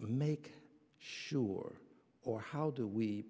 make sure or how do we